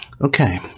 Okay